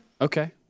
Okay